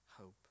hope